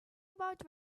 about